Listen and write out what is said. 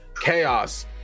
Chaos